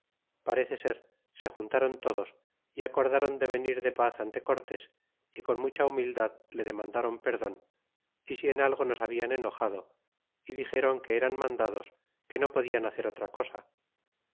parece ser sejuntáron todos é acordaron de venir de paz ante cortés y con mutila humildad le demandaron perdon si en algo nos hablan enojado y dixéron'que eran mandados que no podian hacer otra cosa